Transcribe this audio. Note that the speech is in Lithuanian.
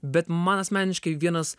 bet man asmeniškai vienas